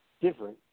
Different